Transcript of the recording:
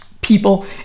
people